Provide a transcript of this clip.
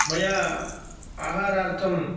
मया आहारार्थं